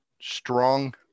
strong